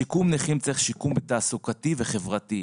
ששיקום נכים צריך שיקום תעסוקתי וחברתי,